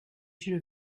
should